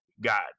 God